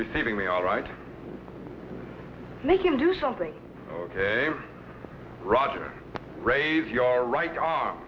receiving me all right they can do something ok roger raise your right arm